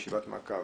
ישיבת מעקב.